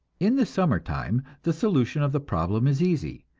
in the summer time the solution of the problem is easy.